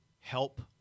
help